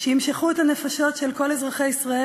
שימשכו את הנפשות של כל אזרחי ישראל